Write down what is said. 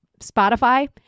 spotify